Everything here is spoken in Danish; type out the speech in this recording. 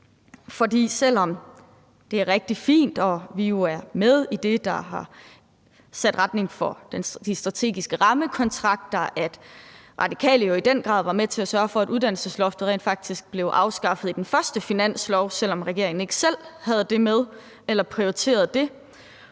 For selv om det er rigtig fint – og vi er med i det, der har sat retningen for de strategiske rammekontrakter – at Radikale jo i den grad var med til at sørge for, at uddannelsesloftet rent faktisk blev afskaffet i den første finanslov, selv om regeringen ikke selv havde det med eller prioriterede det,